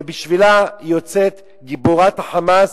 ובשבילה היא יוצאת גיבורת ה"חמאס",